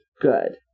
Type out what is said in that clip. good